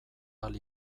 ahal